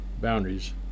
boundaries